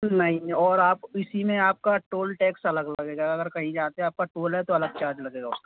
नहीं और आप इसी में आप का टोल टेक्स अलग लगेगा अगर कहीं जाते आप का टोल है तो अलग चार्ज लगेगा उसका